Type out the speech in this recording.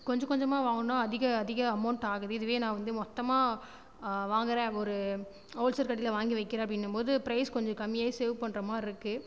கொஞ்சம் கொஞ்சமாக வாங்கணும் அதிக அதிக அமௌன்ட்டு ஆகுது இதுவே நான் வந்து மொத்தமாக வாங்குகிற ஒரு ஹோல்சேல் கடையில் வாங்கி வைக்கிறேனும் போது ப்ரைஸ் கொஞ்சம் கம்மியாகவே சேவ் பண்ணுற மாதிரி இருக்குது